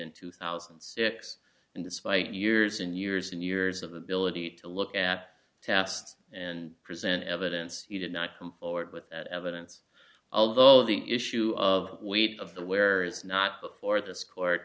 in two thousand and six and despite years and years and years of the ability to look at test and present evidence he did not come forward with that evidence although the issue of weight of the where is not before this court